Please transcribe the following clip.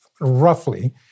roughly